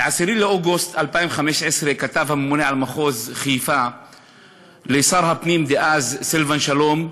ב-10 באוגוסט 2015 כתב הממונה על מחוז חיפה לשר הפנים דאז סילבן שלום,